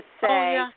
say –